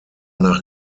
nach